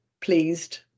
pleased